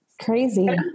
crazy